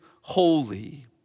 holy